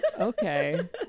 Okay